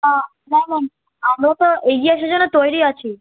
তা না ম্যাম আমরা তো এগিয়ে আসার জন্য তৈরি আছি